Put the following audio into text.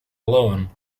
alone